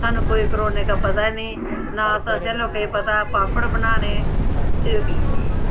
सानूं कोई कोरोनै दा पता निं ना साढ़े लोकें ई पता पापड़ बनाने ते